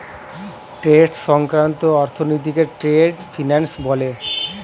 trade সংক্রান্ত অর্থনীতিকে trade finance বলে